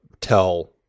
tell